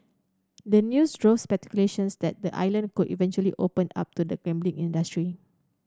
the news drove speculations that the island could eventually open up to the gambling industry